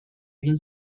egin